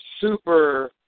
super